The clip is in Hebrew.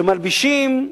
שמלבישים,